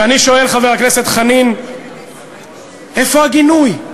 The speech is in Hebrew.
ואני שואל, חבר הכנסת חנין, איפה הגינוי?